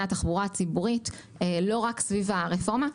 התחבורה הציבורית לא רק סביב הרפורמה.